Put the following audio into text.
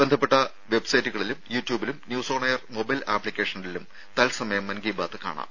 ബന്ധപ്പെട്ട വെബ്സൈറ്റുകളിലും യു ട്യൂബിലും ന്യൂസ് ഓൺ എയർ മൊബൈൽ ആപ്പിക്കേഷനിലും തൽസമയം മൻ കി ബാത് കാണാം